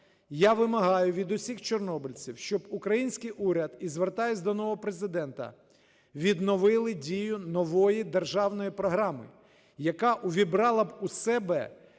Я вимагаю, від усіх чорнобильців, щоб український уряд, і звертаюсь до нового Президента, відновили дію нової державної програми, яка увібрала б у себе